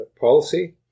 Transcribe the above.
Policy